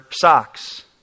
socks